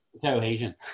Cohesion